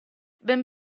ben